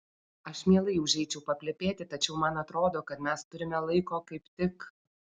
aš mielai užeičiau paplepėti tačiau man atrodo kad mes turime laiko kaip tik